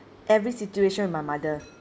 every situation with my mother